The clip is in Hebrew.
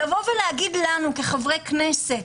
לומר לנו כחברי כנסת: